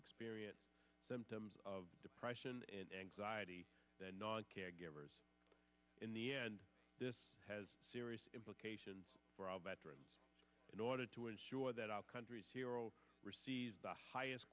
experience symptoms of depression and anxiety than on caregivers in the end this has serious implications for our veterans in order to ensure that our country's hero the highest